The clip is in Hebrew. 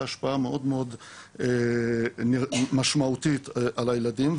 השפעה מאוד מאוד משמעותית על הילדים,